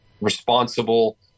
responsible